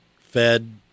fed